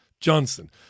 Johnson